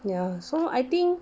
ya so I think